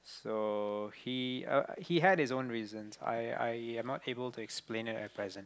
so he uh he had his own reasons I I am not able to explain it at present